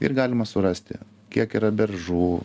ir galima surasti kiek yra beržų